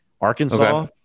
Arkansas